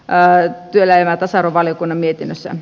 pää ja emäntä saara valiokunnan mietinnössä